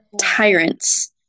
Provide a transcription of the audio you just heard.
tyrants